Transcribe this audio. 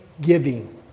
giving